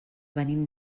venim